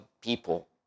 people